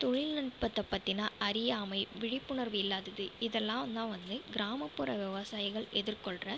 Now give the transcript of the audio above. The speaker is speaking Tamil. தொழில்நுட்பத்தை பற்றின அறியாமை விழிப்புணர்வு இல்லாதது இதெலாம் தான் வந்து கிராமப்புற விவசாயிகள் எதிர்கொள்கிற